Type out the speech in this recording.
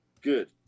good